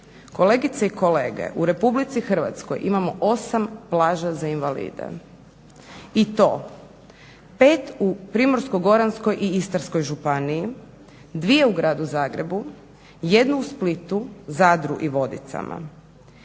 Kolegice i kolege u RH imamo 8 plaža za invalide i to 5 u Primorsko-goranskoj i Istarskoj županiji, 2 u Gradu Zagrebu, 1 u Splitu, Zadru i Vodicama.